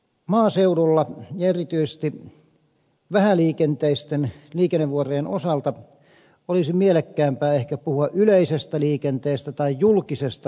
maaseudulla ja erityisesti vähäliikenteisten liikennevuorojen osalta olisi mielekkäämpää ehkä puhua yleisestä liikenteestä tai julkisesta liikenteestä